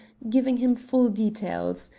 giving him full details.